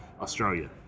Australia